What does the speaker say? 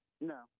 No